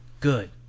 good